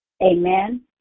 Amen